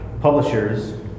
publishers